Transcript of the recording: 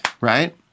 right